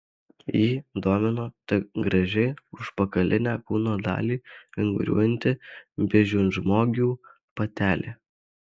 jį domino tik gražiai užpakalinę kūno dalį vinguriuojanti beždžionžmogių patelė